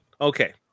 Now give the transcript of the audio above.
okay